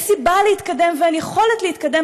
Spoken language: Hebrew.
אין סיבה להתקדם ואין יכולת להתקדם,